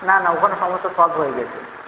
না না ওখানে সমস্যা সলভ হয়ে গেছে